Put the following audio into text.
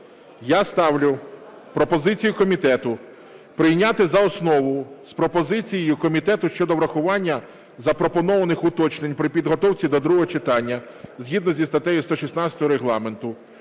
я ставлю пропозицію комітету прийняти за основу з пропозицією комітету щодо врахування запропонованих уточнень при підготовці до другого читання згідно зі статтею 116 Регламенту